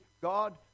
God